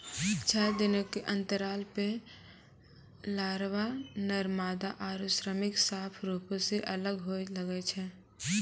छः दिनो के अंतराल पे लारवा, नर मादा आरु श्रमिक साफ रुपो से अलग होए लगै छै